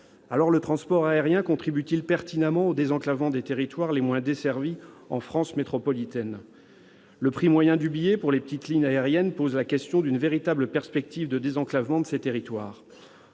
Le transport aérien contribue-t-il pertinemment au désenclavement des territoires les moins desservis en France métropolitaine ? Le prix moyen du billet pour les petites lignes aériennes pose la question d'une véritable perspective de désenclavement de ces territoires.